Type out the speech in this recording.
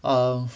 um